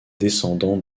descendants